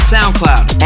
SoundCloud